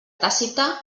tàcita